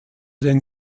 den